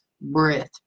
breath